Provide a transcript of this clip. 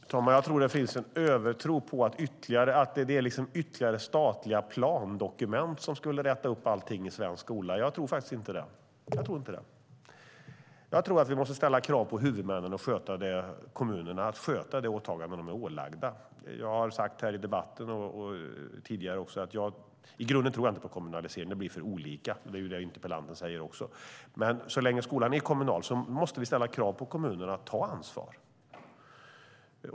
Herr talman! Jag tror att det finns en övertro på att ytterligare statliga plandokument skulle räta upp allting i svensk skola. Jag tror faktiskt inte det. Jag tror inte det. Jag tror att vi måste ställa krav på huvudmännen, kommunerna, att sköta det åtagande de är ålagda. Jag har sagt, också tidigare i debatten, att jag i grunden inte tror på kommunalisering. Det blir för olika, och det är det interpellanten säger också. Så länge skolan är kommunal måste vi dock ställa krav på kommunerna att ta ansvar.